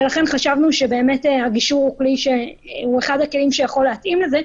לכן חשבנו שהגישור הוא אחד הכלים שיכול להתאים לזה.